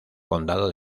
condado